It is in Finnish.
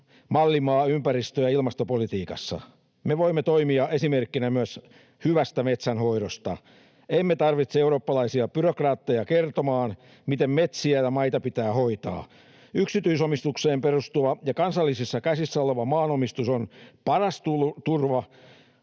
mallimaa ympäristö- ja ilmastopolitiikassa. Me voimme toimia esimerkkinä myös hyvästä metsänhoidosta. Emme tarvitse eurooppalaisia byrokraatteja kertomaan, miten metsiä ja maita pitää hoitaa. Yksityisomistukseen perustuva ja kansallisissa käsissä oleva maanomistus on paras turva